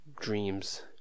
dreams